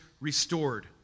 restored